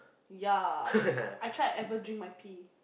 ya I tried ever drink my pee